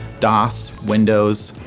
dos, windows,